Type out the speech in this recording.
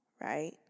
right